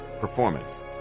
performance